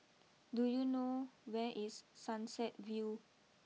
do you know where is Sunset view